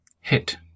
hit